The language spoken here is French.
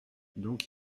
donc